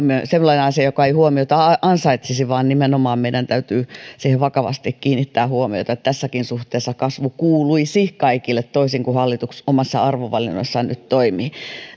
sellainen asia joka ei huomiota ansaitsisi vaan nimenomaan meidän täytyy siihen vakavasti kiinnittää huomiota tässäkin suhteessa kasvu kuuluisi kaikille toisin kuin hallitus omissa arvovalinnoissaan nyt toimii